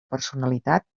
personalitat